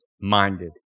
minded